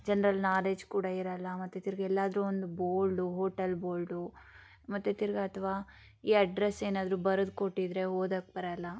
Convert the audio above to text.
general knowledge ಕೂಡ ಇರೋಲ್ಲ ಮತ್ತು ತಿರ್ಗಿ ಎಲ್ಲಾದರೂ ಒಂದು ಬೋಲ್ಡು ಹೋಟಲ್ ಬೋಲ್ಡು ಮತ್ತು ತಿರ್ಗಿ ಅಥವಾ ಈ ಅಡ್ರೆಸ್ಸ್ ಏನಾದರೂ ಬರ್ದು ಕೊಟ್ಟಿದ್ದರೆ ಓದಕ್ಕೆ ಬರೋಲ್ಲ